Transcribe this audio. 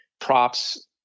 props